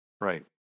Right